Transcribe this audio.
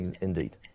indeed